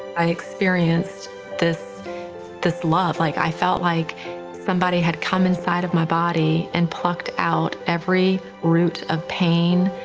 i experienced this this love. like i felt like somebody had come inside of my body and plucked out every root of pain,